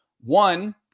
One